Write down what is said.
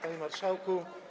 Panie Marszałku!